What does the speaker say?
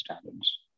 standards